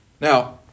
Now